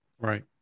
Right